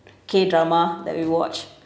K drama that we watch